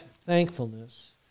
thankfulness